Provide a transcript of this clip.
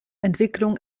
entwicklung